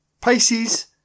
Pisces